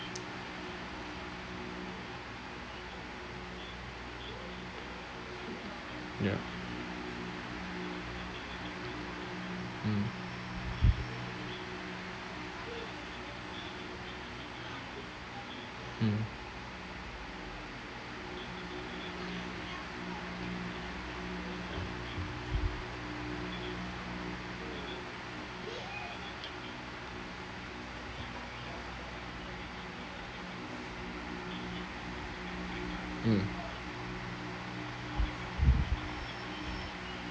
ya mm mmhmm mm